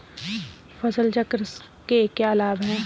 फसल चक्र के क्या लाभ हैं?